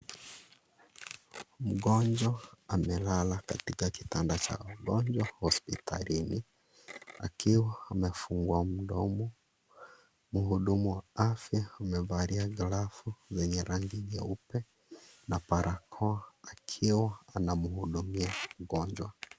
Mgonjwa amelala katika kitanda cha ugonjwa wa hospitalini akiwa amefungua mdomo. Mhudumu wa afya amevalia glovu yenye rangi nyeupe na barakoa akiwa anamhudumia mgonjwa.